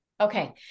Okay